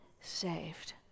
saved